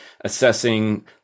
assessing